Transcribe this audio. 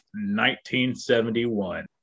1971